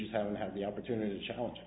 just haven't had the opportunity to challenge